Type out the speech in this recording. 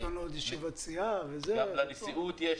לנשיאות,